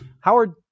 Howard